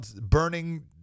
burning